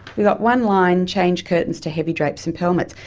you've got one line change curtains to heavy drapes and pelmets.